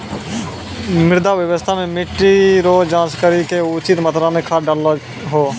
मृदा स्वास्थ्य मे मिट्टी रो जाँच करी के उचित मात्रा मे खाद डालहो